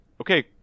Okay